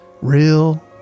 Real